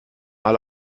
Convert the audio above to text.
alle